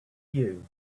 you